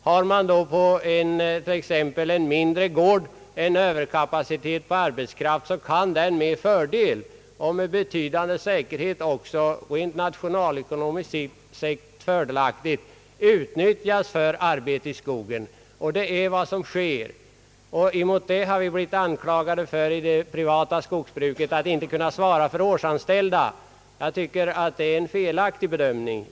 Om man t.ex. på en mindre gård har en överkapacitet på arbetskraft kan denna med fördel och även med betydande säkerhet rent nationalekonomiskt fördelaktigt utnyttjas för arbete i skogen, och det är vad som sker. Mot detta har vi i det privata skogsbruket blivit anklagade för att inte kunna svara för årsanställda. Det är en felaktig bedömning.